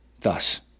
Thus